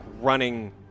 running